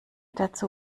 dazu